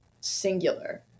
singular